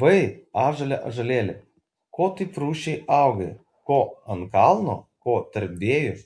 vai ąžuole ąžuolėli ko taip rūsčiai augai ko ant kalno ko tarp vėjų